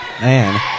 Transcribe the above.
Man